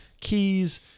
keys